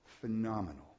phenomenal